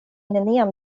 neniam